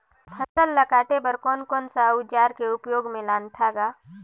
फसल ल काटे बर कौन कौन सा अउजार ल उपयोग में लानथा गा